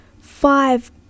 five